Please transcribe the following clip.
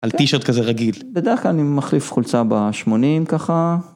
על טישרט כזה רגיל. בדרך כלל אני מחליף חולצה ב-80 ככה.